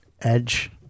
Edge